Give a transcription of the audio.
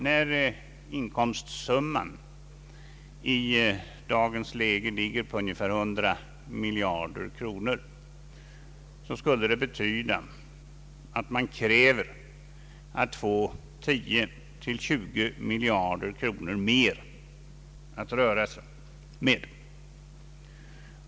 När inkomstsumman i dagens läge är ungefär hundra miljarder kronor, så betyder det att man kräver att få 10—20 miljarder mer att röra sig med.